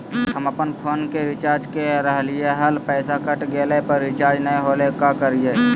हम अपन फोन के रिचार्ज के रहलिय हल, पैसा कट गेलई, पर रिचार्ज नई होलई, का करियई?